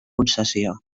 concessió